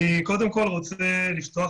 אני קודם כל רוצה לפתוח.